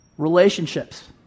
relationships